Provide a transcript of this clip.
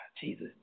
Jesus